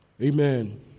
Amen